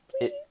please